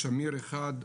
שמיר 1,